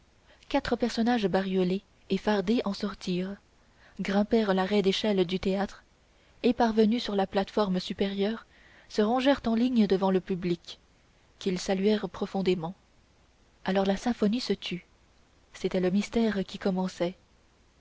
quatre personnages bariolés et fardés en sortirent grimpèrent la roide échelle du théâtre et parvenus sur la plate-forme supérieure se rangèrent en ligne devant le public qu'ils saluèrent profondément alors la symphonie se tut c'était le mystère qui commençait